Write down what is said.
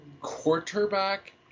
quarterback